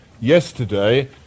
yesterday